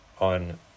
on